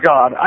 God